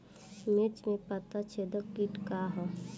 मिर्च में पता छेदक किट का है?